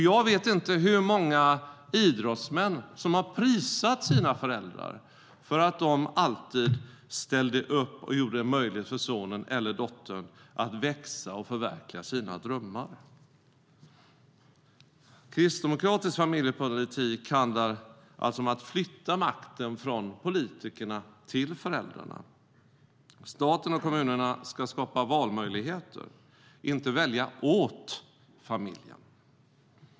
Jag vet inte hur många idrottsmän som har prisat sina föräldrar för att de alltid ställde upp och gjorde det möjligt för sonen eller dottern att växa och förverkliga sina drömmar. Kristdemokratisk familjepolitik handlar alltså om att flytta makten från politikerna till föräldrarna. Staten och kommunerna ska skapa valmöjligheter, inte välja åt familjen.